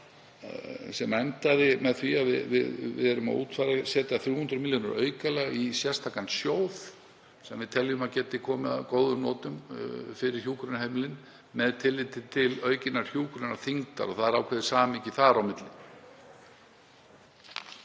sem endaði með því að við erum að setja 300 milljónir aukalega í sérstakan sjóð sem við teljum að geti komið að góðum notum fyrir hjúkrunarheimilin með tilliti til aukinnar hjúkrunarþyngdar. Og það er ákveðið samhengi þar á milli.